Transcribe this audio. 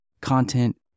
content